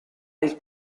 del